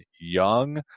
young